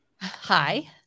hi